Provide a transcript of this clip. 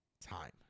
time